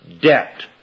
debt